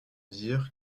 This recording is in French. dire